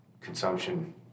consumption